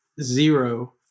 zero